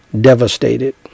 devastated